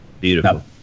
Beautiful